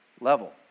level